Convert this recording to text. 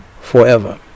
forever